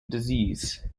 disease